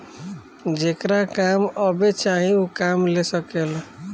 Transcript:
जेकरा काम अब्बे चाही ऊ काम ले सकेला